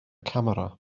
camera